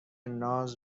ناز